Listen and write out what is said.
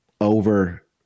over